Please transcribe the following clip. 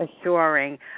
assuring